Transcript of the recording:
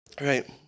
Right